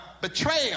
betrayal